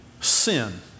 sin